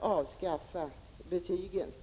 avskaffa betygen.